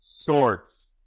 shorts